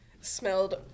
smelled